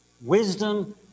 wisdom